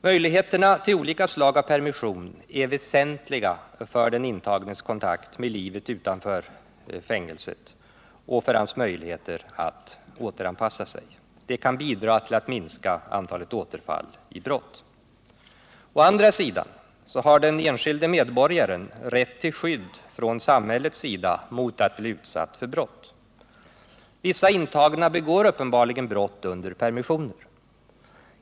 Möjligheterna till olika slag av permission är väsentliga för den intagnes kontakter med livet utanför fängelset och för hans möjligheter att återanpassa sig. Det kan bidra till att minska antalet återfall i brott. Å andra sidan har den enskilde medborgaren rätt till skydd från samhället 135 mot att bli utsatt för brott. Vissa intagna begår uppenbarligen brott under permissioner.